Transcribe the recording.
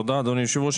תודה, אדוני היושב-ראש.